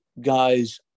guys